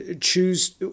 choose